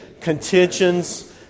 contentions